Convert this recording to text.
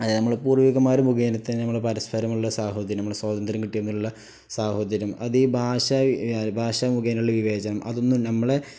അതായത് നമ്മൾ പൂർവികന്മാർ മുഖേനത്തന്നെ നമ്മൾ പരസ്പരമുള്ള സഹോദര്യം നമ്മുടെ സ്വാതന്ത്ര്യം കിട്ടിയെന്നുള്ള സഹോദര്യം അത ഈ ഭാഷ ഭാഷ മുഖേനയുള്ള വിവേചനം അതൊന്നും നമ്മളെ